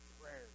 prayers